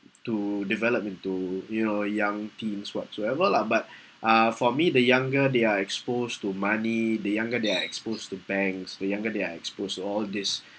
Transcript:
to develop into you know young teens whatsoever lah but uh for me the younger they're exposed to money the younger they're exposed to banks the younger they're exposed to all these